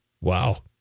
Wow